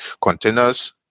Containers